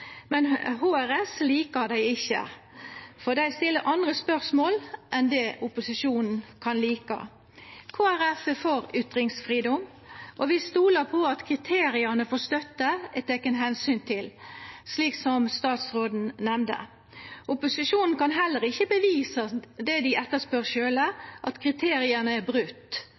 ikkje HRS, for dei stiller andre spørsmål enn det dei kan lika. Kristeleg Folkeparti er for ytringsfridom, og vi stoler på at kriteria for støtte er tekne omsyn til, slik statsråden nemnde. Opposisjonen kan heller ikkje bevisa det dei etterspør sjølve, at kriteria er